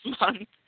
month